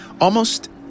Almost